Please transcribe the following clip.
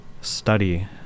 study